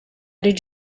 did